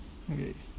okay